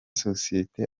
sosiyete